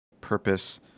purpose